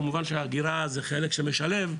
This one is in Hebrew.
כמובן שהאגירה היא חלק שמשלב,